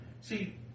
See